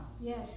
yes